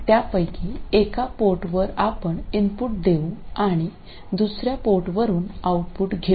त्यापैकी एका पोर्टवर आपण इनपुट देऊ आणि दुसर्या पोर्टवरून आउटपुट घेऊ